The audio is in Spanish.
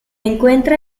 encuentra